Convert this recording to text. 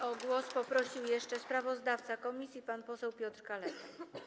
O głos poprosił jeszcze sprawozdawca komisji pan poseł Piotr Kaleta.